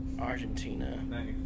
Argentina